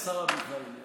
השרה מיכאלי,